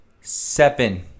Seven